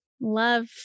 love